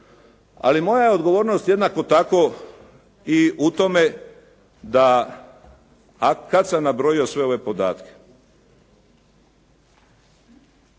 Ali moja je odgovornost jednako tako i u tome da, kada sam nabrojio sve ove podatke,